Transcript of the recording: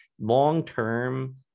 long-term